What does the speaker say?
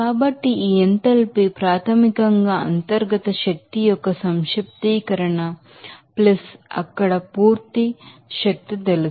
కాబట్టి ఈ ఎంథాల్పీ ప్రాథమికంగా సమేషన్ అఫ్ ఇంటర్నల్ ఎనర్జీ మీకు అక్కడ పూర్తి శక్తి తెలుసు